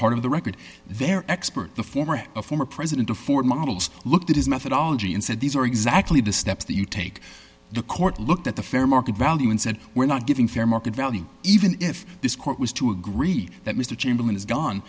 part of the record their expert the former head of former president of ford models looked at his methodology and said these are exactly the steps that you take the court looked at the fair market value and said we're not giving fair market value even if this court was to agree that mr chamberlain is gone